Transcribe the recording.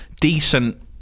decent